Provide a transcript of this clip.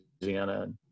Louisiana